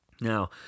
Now